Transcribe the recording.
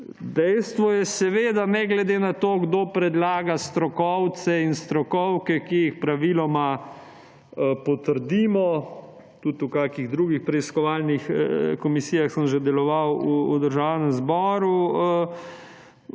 Dejstvo je, ne glede na to, kdo predlaga strokovce in strokovke, ki jih praviloma potrdimo, tudi v kakšnih drugih preiskovalnih komisijah sem že deloval v Državnem zboru,